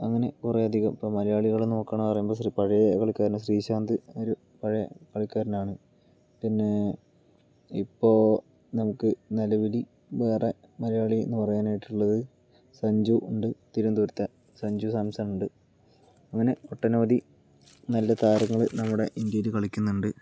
അങ്ങനെ കുറേ അധികം ഇപ്പോൾ മലയാളികൾ നോക്കുകയാണെന്ന് പറയുമ്പോൾ ഇച്ചിരി പഴയ കളിക്കാരൻ ശ്രീശാന്ത് ഒരു പഴയ കളിക്കാരനാണ് പിന്നെ ഇപ്പോൾ നമുക്ക് നിലവിൽ വേറെ മലയാളി എന്ന് പറയാൻ ആയിട്ടുള്ളത് സഞ്ജു ഉണ്ട് തിരുവനന്തപുരത്തെ സഞ്ജു സാംസൺ ഉണ്ട് അങ്ങനെ ഒട്ടനവധി നല്ല താരങ്ങള് നമ്മുടെ ഇന്ത്യയിൽ കളിക്കുന്നുണ്ട്